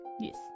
Yes